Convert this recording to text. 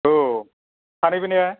औ सानैबो ने